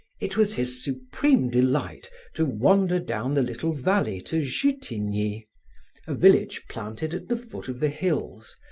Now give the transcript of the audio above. it was his supreme delight to wander down the little valley to jutigny, a village planted at the foot of the hills,